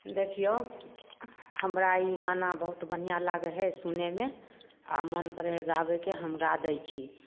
देखियौ हमरा ई गाना बहुत बढ़िआँ लागै है सुनैमे आओर मोन करै है गाबैके हम गा दै छी